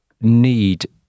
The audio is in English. need